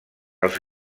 els